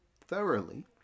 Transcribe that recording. thoroughly